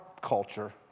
culture